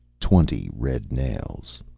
twenty red nails